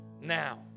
now